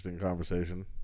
conversation